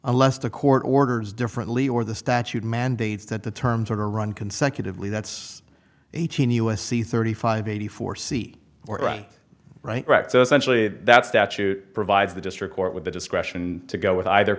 unless the court orders differently or the statute mandates that the term to run consecutively that's eighteen u s c thirty five eighty four c or right right right so essentially that statute provides the district court with the discretion to go with either